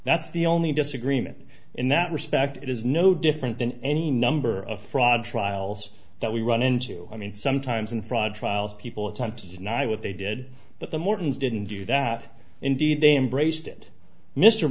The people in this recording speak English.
that's the only disagreement in that respect it is no different than any number of fraud trials that we run into i mean sometimes in fraud trials people attempt to deny what they did but the mortons didn't do that indeed they embraced it mr